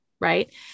right